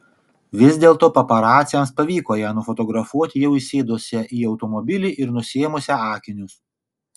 vis dėlto paparaciams pavyko ją nufotografuoti jau įsėdusią į automobilį ir nusiėmusią akinius